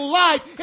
life